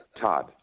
Todd